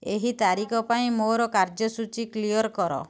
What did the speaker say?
ଏହି ତାରିଖ ପାଇଁ ମୋର କାର୍ଯ୍ୟସୂଚୀ କ୍ଲିୟର୍ କର